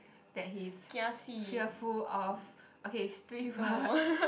that he's fearful of okay stupid people